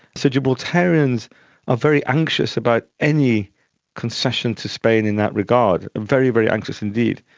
so gibraltarians are very anxious about any concession to spain in that regard, very, very anxious indeed.